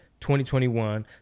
2021